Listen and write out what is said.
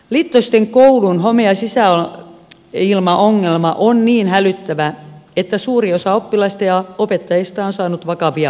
littoisten koulun home ja sisäilmaongelma on niin hälyttävä että suuri osa oppilaista ja opettajista on saanut vakavia oireita